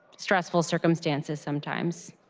stressful circumstances sometimes.